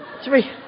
three